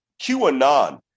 QAnon